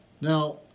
Now